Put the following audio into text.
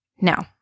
Now